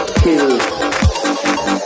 kill